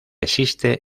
existe